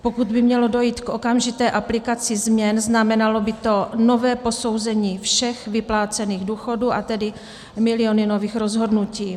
Pokud by mělo dojít k okamžité aplikaci změn, znamenalo by to nové posouzení všech vyplácených důchodů, a tedy miliony nových rozhodnutí.